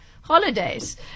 holidays